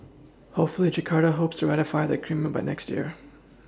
how fray Jakarta hopes to ratify the agreement by next year